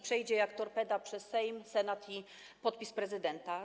Przejdzie jak torpeda przez Sejm, Senat i podpis prezydenta.